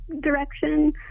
direction